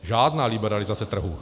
Žádná liberalizace trhu.